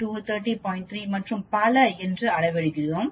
3 மற்றும் பல என்று அளவிடுகிறோம்